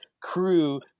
crew